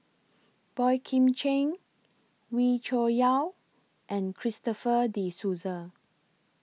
Boey Kim Cheng Wee Cho Yaw and Christopher De Souza